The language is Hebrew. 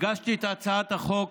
הגשתי את הצעת החוק,